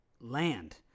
land